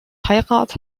heirat